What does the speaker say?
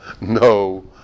no